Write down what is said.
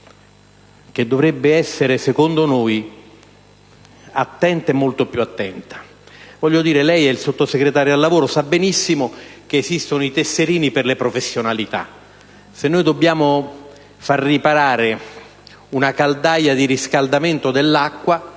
che dovrebbe essere - a nostro avviso - attenta, molto più attenta. In qualità di Sottosegretario al lavoro, sa benissimo che esistono i tesserini per le professionalità. Se dobbiamo far riparare una caldaia di riscaldamento dell'acqua